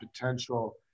potential